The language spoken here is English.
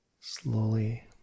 slowly